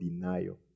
denial